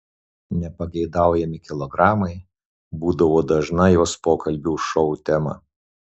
nepageidaujami kilogramai būdavo dažna jos pokalbių šou tema